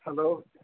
hello